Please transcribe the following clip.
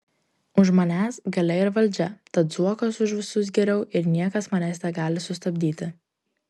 už manęs galia ir valdžia tad zuokas už visus geriau ir niekas manęs negali sustabdyti